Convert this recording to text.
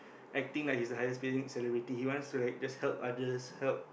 acting like he's the highest paying celebrity he wants to like just help others help